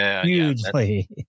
hugely